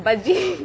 bajji